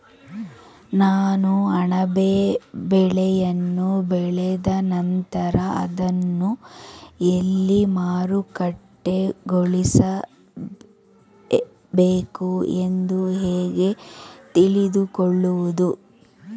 ನಾನು ಅಣಬೆ ಬೆಳೆಯನ್ನು ಬೆಳೆದ ನಂತರ ಅದನ್ನು ಎಲ್ಲಿ ಮಾರುಕಟ್ಟೆಗೊಳಿಸಬೇಕು ಎಂದು ಹೇಗೆ ತಿಳಿದುಕೊಳ್ಳುವುದು?